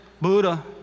buddha